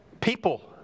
people